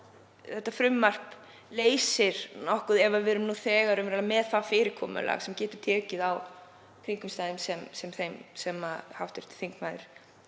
þetta frumvarp leysir nokkuð ef við erum nú þegar með fyrirkomulag sem getur tekið á kringumstæðum eins og þeim sem hv. þingmaður